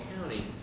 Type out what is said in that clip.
County